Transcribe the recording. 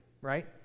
right